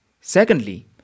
Secondly